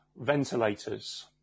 ventilators